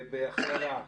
בהכללה,